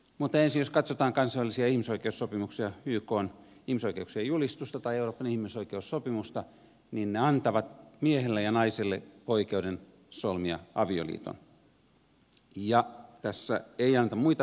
mutta jos ensin katsotaan kansainvälisiä ihmisoikeussopimuksia ykn ihmisoikeuksien julistusta tai euroopan ihmisoikeussopimusta niin ne antavat miehelle ja naiselle oikeuden solmia avioliiton ja tässä ei anneta muita vaihtoehtoja